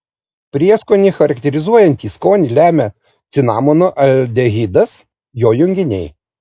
prieskonį charakterizuojantį skonį lemia cinamono aldehidas jo junginiai